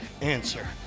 answer